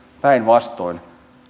päinvastoin